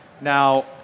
Now